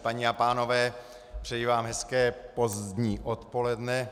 Paní a pánové, přeji vám hezké pozdní odpoledne.